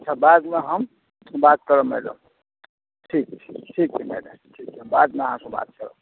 अच्छा बादमे हम बात करब मैडम ठीक छै ठीक ठीक छै मैडम बादमे अहाँ से बात करब